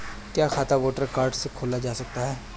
क्या खाता voter card से खोला जा सकता है?